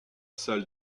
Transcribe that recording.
salle